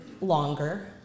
longer